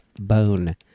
Bone